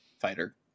fighter